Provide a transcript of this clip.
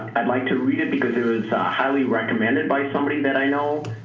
i'd like to read it because it was highly recommended by somebody that i know.